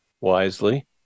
wisely